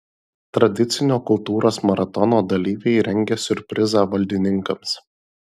tradicinio kultūros maratono dalyviai rengia siurprizą valdininkams